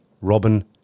Robin